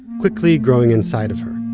quickly growing inside of her.